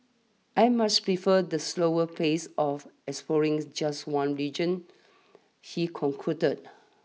I much preferred the slower pace of exploring just one region he concludes